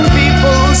people